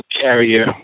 carrier